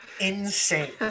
insane